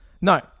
No